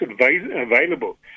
available